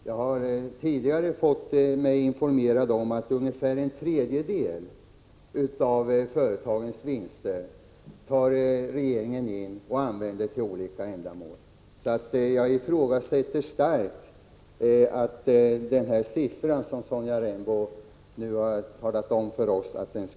Jag har tidigare fått informationen att regeringen tar in ungefär en tredjedel av företagens vinster för att sedan använda pengarna till olika ändamål. Jag ifrågasätter starkt riktigheten i den siffra som Sonja Rembo nu har delgett oss.